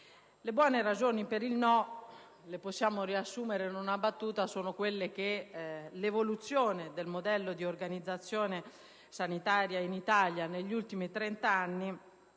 Le buone ragioni per il no possiamo riassumerle in una battuta. L'evoluzione del modello di organizzazione sanitaria in Italia negli ultimi trent'anni